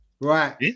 Right